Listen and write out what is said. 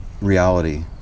reality